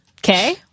Okay